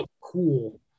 cool